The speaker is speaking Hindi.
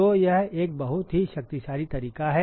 तो यह एक बहुत ही शक्तिशाली तरीका है